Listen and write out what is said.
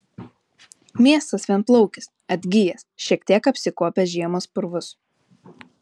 miestas vienplaukis atgijęs šiek tiek apsikuopęs žiemos purvus